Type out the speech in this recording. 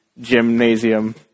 gymnasium